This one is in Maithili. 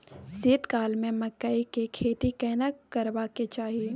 शीत काल में मकई के खेती केना करबा के चाही?